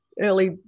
early